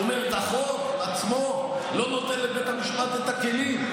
הוא אומר: החוק עצמו לא נותן לבית המשפט את הכלים.